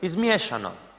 Izmiješano.